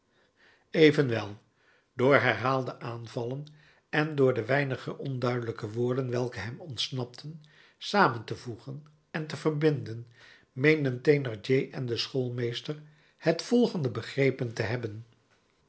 evenwel door herhaalde aanvallen en door de weinige onduidelijke woorden welke hem ontsnapten samen te voegen en te verbinden meenden thénardier en de schoolmeester het volgende begrepen te hebben